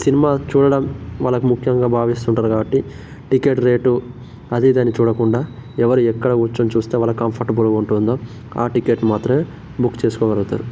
cinema చూడడం వాళ్లకు ముఖ్యంగా భావిస్తుంటరు కాబట్టి టికెట్ రేటు అదీదని చూడకుండా ఎవరు ఎక్కడ కూర్చొని చూస్తే వాళ్లకు కంఫర్టబుల్గుంటుందో ఆ టికెట్ మాత్రమే బుక్ చేసుకోగలుగుతారు